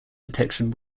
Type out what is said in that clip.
detection